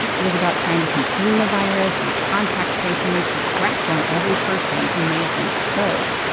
it was about trying to contain the virus, use contact tracing to track down every person who may have been exposed,